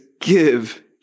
give